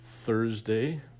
Thursday